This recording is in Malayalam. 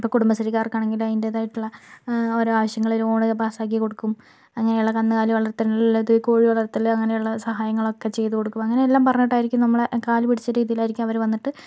ഇപ്പോൾ കുടുംബശ്രീകാർക്ക് ആണെങ്കിൽ അതിൻറെ ആയിട്ടുള്ള ഓരോ ആവശ്യങ്ങൾ ലോണ് പാസാക്കി കൊടുക്കും അങ്ങനെയുള്ള കന്നുകാലി വളർത്തലിനുള്ളത് കോഴി വളർത്തൽ അങ്ങനെയുള്ള സഹായങ്ങൾ ഒക്കെ ചെയ്തുകൊടുക്കുക അങ്ങനെയെല്ലാം പറഞ്ഞിട്ട് ആയിരിക്കും നമ്മളെ കാലുപിടിച്ച് രീതിയിലായിരിക്കും അവർ വന്നിട്ട്